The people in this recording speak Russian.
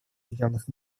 объединенных